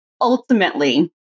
ultimately